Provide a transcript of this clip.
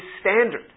standard